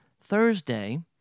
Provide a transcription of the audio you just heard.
Thursday